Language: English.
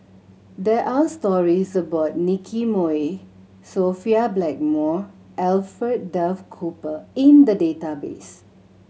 there are stories about Nicky Moey Sophia Blackmore Alfred Duff Cooper in the database